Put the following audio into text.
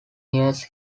years